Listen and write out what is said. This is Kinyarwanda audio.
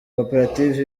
koperative